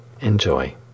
Enjoy